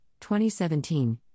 2017